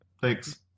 Thanks